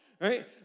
right